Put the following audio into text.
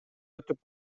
өтүп